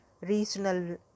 regional